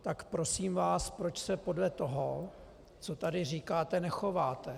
Tak prosím vás, proč se podle toho, co tady říkáte, nechováte?